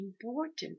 important